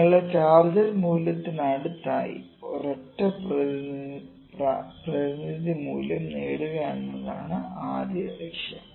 നിങ്ങളുടെ ടാർഗെറ്റ് മൂല്യത്തിനടുത്തായി ഒരൊറ്റ പ്രതിനിധി മൂല്യം നേടുക എന്നതാണ് ആദ്യ ലക്ഷ്യം